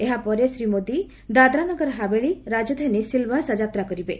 ଏହାପରେ ଶ୍ରୀ ମୋଦି ଦାଦ୍ରାନଗର ହାବେଳି ରାଜଧାନୀ ସିଲବାସା ଯାତ୍ରାକରିବେ